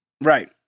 Right